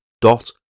dot